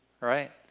right